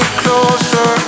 closer